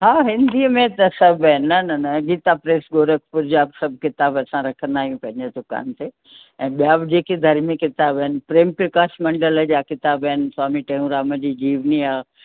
हा हिंदीअ में त सभु आहिनि न न न अजंता प्रेस गोरखपुर जा बि सभ किताब असां रखंदा आहियूं पंहिंजे दुकान ते ऐं ॿिया बि जेके धार्मिक किताब आहिनि प्रेम प्रकाश मंडल जा किताब आहिनि स्वामी टेऊंराम जी जीवनी आहे